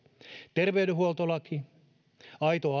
terveydenhuoltoaloite aito